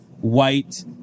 white